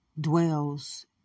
Dwells